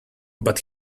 but